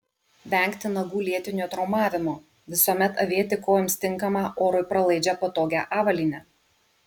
vengti nagų lėtinio traumavimo visuomet avėti kojoms tinkamą orui pralaidžią patogią avalynę